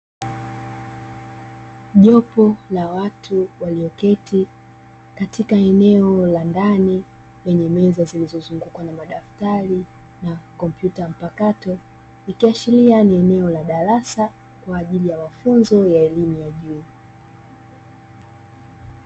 Jopo la watu walioketi katika eneo la ndani, lenye meza zilizozungukwa na madaftari na kompyuta mpakato. Ikiashiria ni eneo la darasa kwa ajili ya mafunzo ya elimu ya juu.